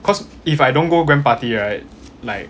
cause if I don't go gram party right like